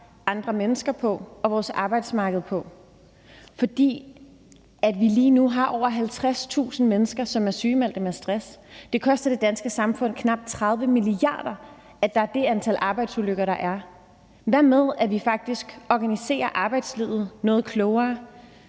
andre mennesker på og vores arbejdsmarked på, for vi har lige nu over 50.000 mennesker, som er sygemeldte med stress. Det koster det danske samfund knap 30 mia. kr., at der er det antal arbejdsulykker, der er. Hvad med, at vi faktisk organiserer arbejdslivet noget klogere?